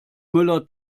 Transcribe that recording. müller